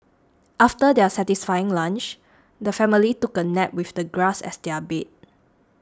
after their satisfying lunch the family took a nap with the grass as their bed